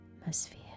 atmosphere